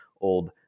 old